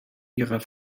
ihrer